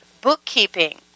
bookkeeping